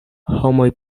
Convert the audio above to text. homoj